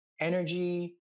energy